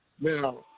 Now